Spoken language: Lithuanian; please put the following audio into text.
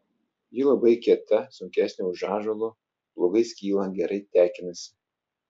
ji labai kieta sunkesnė už ąžuolo blogai skyla gerai tekinasi